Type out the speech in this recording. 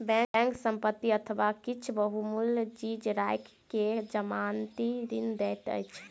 bank संपत्ति अथवा किछ बहुमूल्य चीज राइख के जमानती ऋण दैत अछि